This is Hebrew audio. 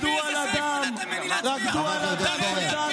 אדוני היושב-ראש, האופוזיציה